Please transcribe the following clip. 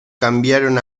cambiaron